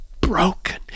broken